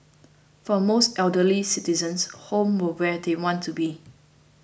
for most elderly citizens home were where they want to be